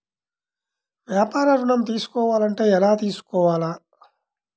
వ్యాపార ఋణం తీసుకోవాలంటే ఎలా తీసుకోవాలా?